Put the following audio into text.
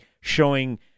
showing